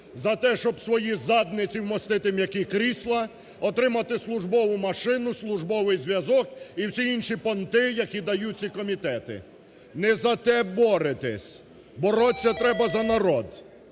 за те, щоб свої задниці вмостити в м'які крісла, отримати службову машину, службовий зв'язок і всі інші понти, які дають ці комітети. Не за те боретесь! Бороться треба за народ!